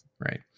Right